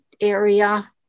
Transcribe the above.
area